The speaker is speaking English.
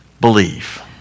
believe